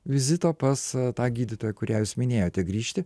vizito pas tą gydytoją kurią jūs minėjote grįžti